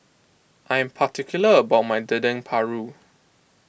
I am particular about my Dendeng Paru